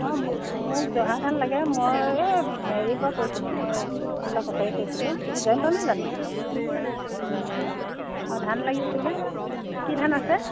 অঁ মোক জহা ধান লাগে মই এই হেৰিৰ পৰা কৈছিলোঁ মই কৈছিলোঁ তুমি জয়ন্ত নহয় জানো আৰু ধান লাগিছিলে কি ধান আছে